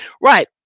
Right